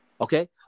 Okay